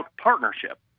partnership